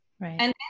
right